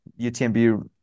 UTMB